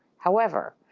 however,